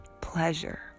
pleasure